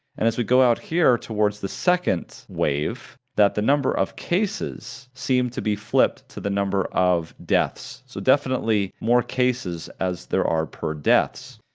and as we go out here towards the second wave that the number of cases seem to be flipped to the number of deaths, so definitely more cases as there are per deaths.